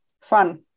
fun